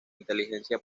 inteligencia